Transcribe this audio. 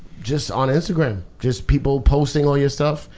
just on instagram, just people posting all your stuff.